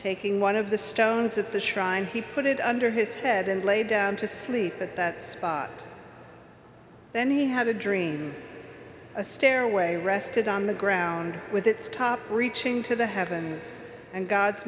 taking one of the stones at the shrine he put it under his head and lay down to sleep at that spot then he had a dream a stairway rested on the ground with its top preaching to the heavens and god's